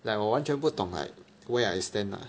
like 我完全不懂 like where I stand lah